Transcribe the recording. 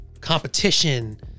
competition